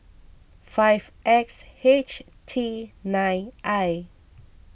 five X H T nine I